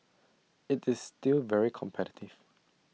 IT is still very competitive